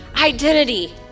identity